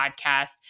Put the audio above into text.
podcast